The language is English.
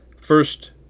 First